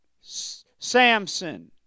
Samson